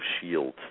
shield